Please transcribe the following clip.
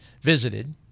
visited